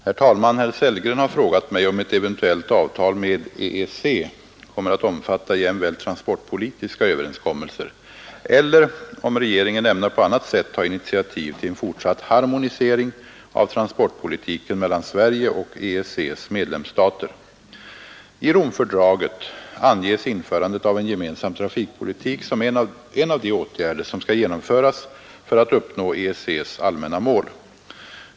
Herr talman! Herr Sellgren har frågat mig om ett eventuellt avtal med EEC kommer att omfatta jämväl transportpolitiska överenskommelser eller om regeringen ämnar på annat sätt ta initiativ till en fortsatt harmonisering av transportpolitiken mellan Sverige och EEC:s medlemsstater. I Romfördraget anges införandet av en gemensam trafikpolitik som en av de åtgärder som skall genomföras för att uppnå EEC:s allmänna mål.